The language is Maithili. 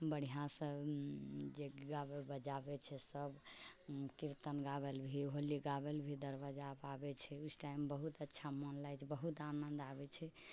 बढ़िऑंसँ जे गाबै छै बजाबै छै सभ कीर्तन गावै लेल भी होली गावै लेल भी दरवाजा पर आबै छै उस टाइम बहुत अच्छा मोन लागि बहुत आनन्द आबै छै